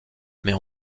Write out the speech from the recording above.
mais